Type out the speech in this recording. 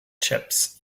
chaps